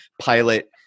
Pilot